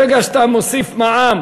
ברגע שאתה מוסיף במע"מ